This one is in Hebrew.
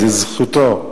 זאת זכותו.